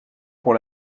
pour